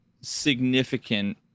significant